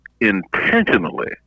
intentionally